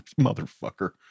Motherfucker